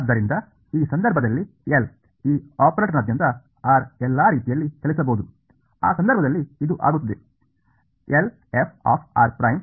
ಆದ್ದರಿಂದ ಈ ಸಂದರ್ಭದಲ್ಲಿ L ಈ ಆಪರೇಟರ್ನಾದ್ಯಂತ r ಎಲ್ಲಾ ರೀತಿಯಲ್ಲಿ ಚಲಿಸಬಹುದು ಆ ಸಂದರ್ಭದಲ್ಲಿ ಇದು ಆಗುತ್ತದೆ